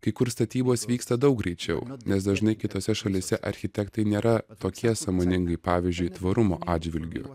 kai kur statybos vyksta daug greičiau nes dažnai kitose šalyse architektai nėra tokie sąmoningai pavyzdžiui tvarumo atžvilgiu